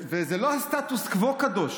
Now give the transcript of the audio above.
וזה לא הסטטוס קוו קדוש,